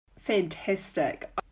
Fantastic